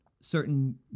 certain